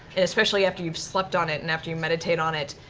and especially after you've slept on it and after you meditate on it,